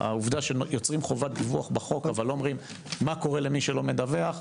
העובדה שיוצרים חובת דיווח בחוק אבל לא אומרים מה קורה למי שלא מדווח,